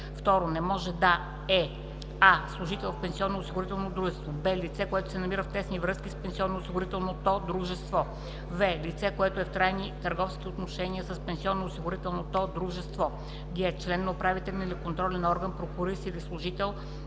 5; 2. не може да е: а) служител в пенсионноосигурителното дружество; б) лице, което се намира в тесни връзки с пенсионноосигурителното дружество; в) лице, което е в трайни търговски отношения с пенсионноосигурителното дружество; г) член на управителен или контролен орган, прокурист или служител